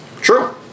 True